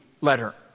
letter